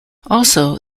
also